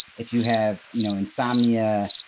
if you have you know insomnia,